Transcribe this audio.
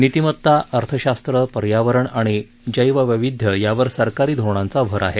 नितीमता अर्थशास्त्र पर्यावरण आणि जैव वैविध्य यावर सरकारी धोरणांचा भर आहे